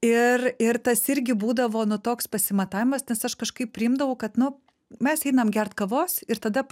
ir ir tas irgi būdavo nu toks pasimatavimas nes aš kažkaip priimdavau kad nu mes einam gert kavos ir tada